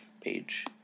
page